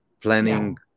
planning